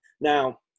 Now